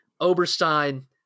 Oberstein